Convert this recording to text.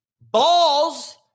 balls